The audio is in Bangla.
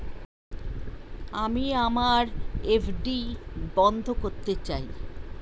আমি আমার এফ.ডি বন্ধ করতে চাই